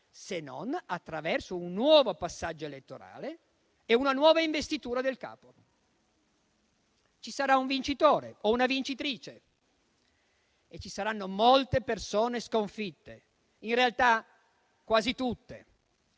se non attraverso un nuovo passaggio elettorale e una nuova investitura del capo. Ci sarà un vincitore o una vincitrice e ci saranno molte persone sconfitte; in realtà quasi tutte,